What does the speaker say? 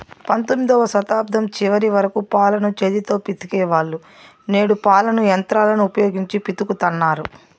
పంతొమ్మిదవ శతాబ్దం చివరి వరకు పాలను చేతితో పితికే వాళ్ళు, నేడు పాలను యంత్రాలను ఉపయోగించి పితుకుతన్నారు